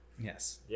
Yes